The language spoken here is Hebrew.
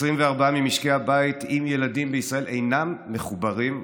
24 ממשקי הבית עם ילדים בישראל אינם מחוברים לאינטרנט.